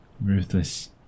ruthless